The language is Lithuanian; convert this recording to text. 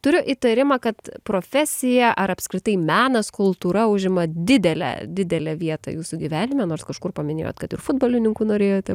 turiu įtarimą kad profesija ar apskritai menas kultūra užima didelę didelę vietą jūsų gyvenime nors kažkur paminėjot kad ir futbolininku norėjote